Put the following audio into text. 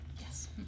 Yes